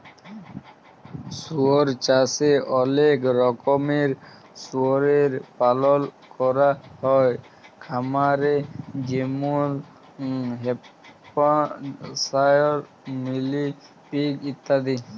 শুয়র চাষে অলেক রকমের শুয়রের পালল ক্যরা হ্যয় খামারে যেমল হ্যাম্পশায়ার, মিলি পিগ ইত্যাদি